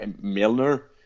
Milner